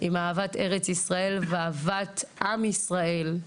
עם אהבת ארץ ישראל ואהבת עם ישראל.